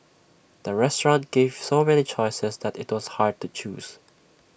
the restaurant gave so many choices that IT was hard to choose